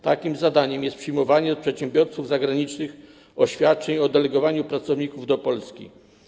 Takim zadaniem jest przyjmowanie od przedsiębiorców zagranicznych oświadczeń o delegowaniu pracowników do Polski.